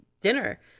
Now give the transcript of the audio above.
dinner